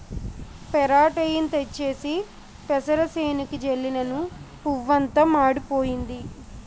పెరాటేయిన్ తెచ్చేసి పెసరసేనుకి జల్లినను పువ్వంతా మాడిపోయింది